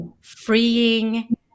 freeing